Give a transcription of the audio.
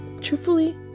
truthfully